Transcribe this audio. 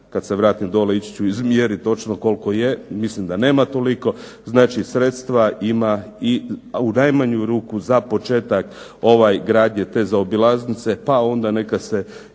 kad se vratim dole ići ću izmjeriti točno koliko je, mislim da nema toliko. Znači, sredstva ima i u najmanju ruku za početak gradnje te zaobilaznice pa onda neka se